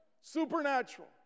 supernatural